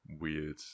weird